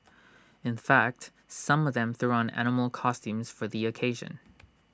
in fact some of them threw on animal costumes for the occasion